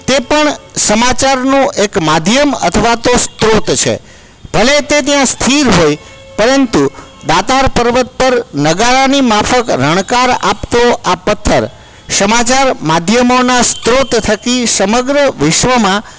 તે પણ સમાચારનો એક માધ્યમ અથવા તો સ્ત્રોત છે ભલે તે ત્યાં સ્થિર હોય પરંતુ દાતાર પર્વત પર નગારાની માફક રણકાર આપતો આ પથ્થર સમાચાર માધ્યમોના સ્ત્રોત થકી સમગ્ર વિશ્વમાં